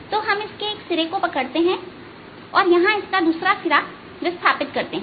तो हम इसके एक सिरे को पकड़ते हैं और यहां दूसरा सिरा विस्थापित करते हैं